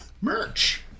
Merch